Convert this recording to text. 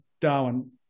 Darwin